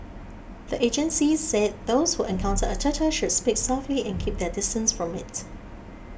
the agencies said those who encounter a turtle should speak softly and keep their distance from it